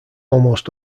almost